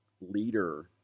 leader